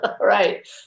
Right